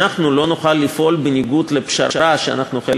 אנחנו לא נוכל לפעול בניגוד לפשרה שאנחנו חלק